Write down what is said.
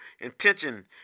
intention